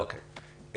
תודה.